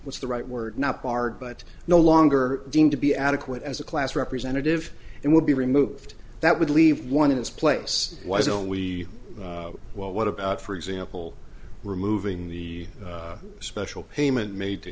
what's the right word not barred but no longer deemed to be adequate as a class representative and would be removed that would leave one in its place why don't we what about for example removing the special payment made to